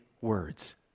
words